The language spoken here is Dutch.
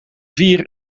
vier